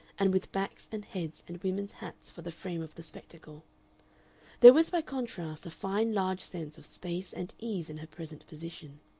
and with backs and heads and women's hats for the frame of the spectacle there was by contrast a fine large sense of space and ease in her present position.